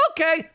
okay